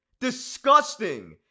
Disgusting